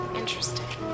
interesting